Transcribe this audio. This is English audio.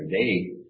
day